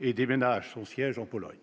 et déménage son siège en Pologne